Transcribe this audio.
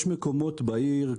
יש מקומות בעיר,